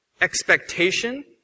expectation